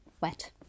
wet